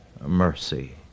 mercy